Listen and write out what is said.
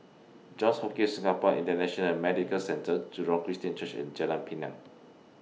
Johns Hopkins Singapore International Medical Centre Jurong Christian Church and Jalan Pinang